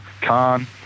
Khan